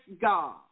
God